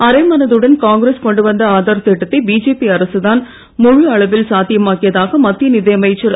அரை மனதுடன் காங்கிரஸ் கொண்டு வந்த ஆதார் திட்டத்தை பிஜேபி அரசுதான் முழு அளவில் சாத்தியமாக்கியதாக மத்திய நிதியமைச்சர் திரு